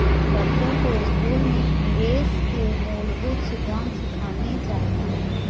बच्चों को स्कूल में निवेश के मूलभूत सिद्धांत सिखाने चाहिए